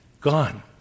gone